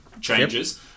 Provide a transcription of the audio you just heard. changes